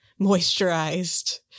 moisturized